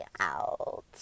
out